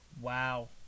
Wow